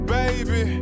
baby